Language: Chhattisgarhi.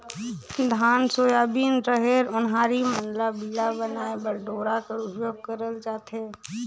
धान, सोयाबीन, रहेर, ओन्हारी मन ल बीड़ा बनाए बर डोरा कर उपियोग करल जाथे